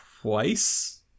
twice